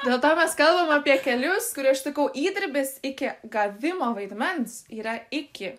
dėl to mes kalbam apie kelius kur aš sakau įdirbis iki gavimo vaidmens yra iki